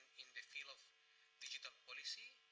in the field of digital policy,